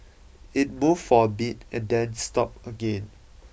it moved for a bit and then stopped again